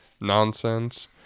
nonsense